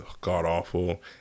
god-awful